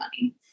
money